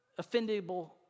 offendable